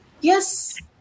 Yes